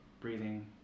breathing